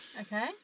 Okay